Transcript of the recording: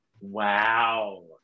Wow